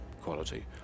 quality